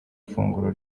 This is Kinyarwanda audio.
ifunguro